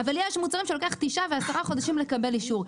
אבל יש מוצרים שלוקח תשעה ועשרה חודשים לקבל אישור.